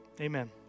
amen